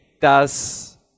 dass